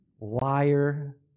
Liar